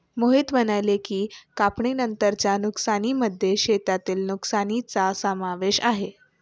मोहित म्हणाले की, कापणीनंतरच्या नुकसानीमध्ये शेतातील नुकसानीचा समावेश आहे